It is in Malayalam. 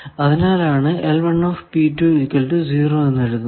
അതിനാലാണ് എന്ന് എഴുതുന്നത്